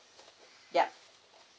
yup